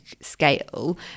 scale